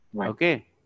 Okay